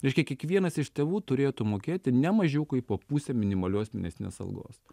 reiškia kiekvienas iš tėvų turėtų mokėti ne mažiau kaip po pusę minimalios mėnesinės algos